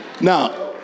Now